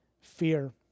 fear